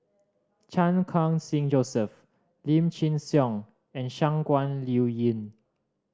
Chan Khun Sing Joseph Lim Chin Siong and Shangguan Liuyun